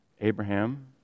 Abraham